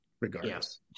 regardless